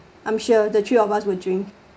I'm sure the three of us will drink